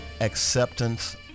acceptance